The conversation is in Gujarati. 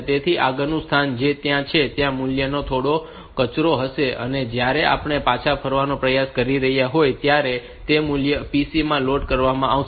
તેથી આગળનું સ્થાન જે ત્યાં છે તે મૂલ્યમાં થોડો કચરો હશે અને જ્યારે આપણે પાછા ફરવાનો પ્રયાસ કરી રહ્યા હોઈએ ત્યારે તે મૂલ્ય PC માં લોડ કરવામાં આવશે